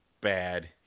bad